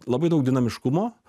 labai daug dinamiškumo